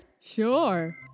sure